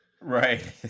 Right